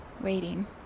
waiting